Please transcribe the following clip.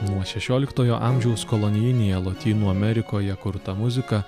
nuo šešioliktojo amžiaus kolonijinėje lotynų amerikoje kurta muzika